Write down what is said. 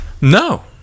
No